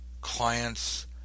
clients